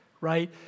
Right